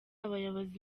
abayobozi